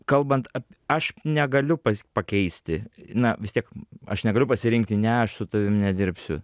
kalbant aš negaliu pakeisti na vis tiek aš negaliu pasirinkti ne aš su tavim nedirbsiu